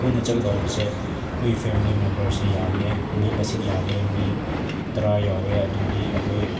ꯑꯩꯈꯣꯏꯅ ꯆꯠꯀꯗꯧꯕꯁꯦ ꯑꯩꯈꯣꯏꯒꯤ ꯐꯦꯃꯤꯂꯤ ꯃꯦꯝꯕꯔꯁꯦ ꯌꯥꯝꯃꯦ ꯃꯤ ꯃꯁꯤꯡ ꯌꯥꯝꯃꯦ ꯃꯤ ꯇꯔꯥ ꯌꯧꯋꯦ ꯑꯗꯨꯒꯤ ꯑꯩꯈꯣꯏ